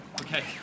Okay